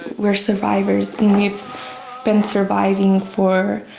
we're survivors and we've been surviving for